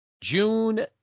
June